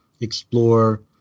explore